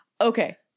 Okay